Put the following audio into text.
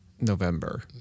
November